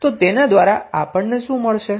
તો તેના દ્વારા આપણને શું મળશે